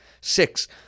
Six